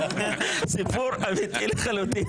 סיפור אמיתי לחלוטין.